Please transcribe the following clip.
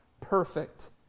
perfect